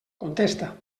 contesta